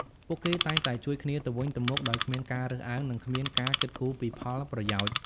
ពួកគេតែងតែជួយគ្នាទៅវិញទៅមកដោយគ្មានការរើសអើងនិងគ្មានការគិតគូរពីផលប្រយោជន៍។